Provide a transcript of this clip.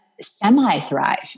semi-thrive